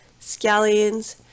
scallions